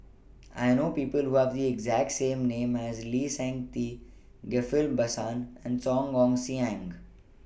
I know People Who Have The exact name as Lee Seng Tee Ghillie BaSan and Song Ong Siang